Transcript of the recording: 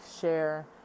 share